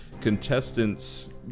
contestants